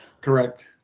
Correct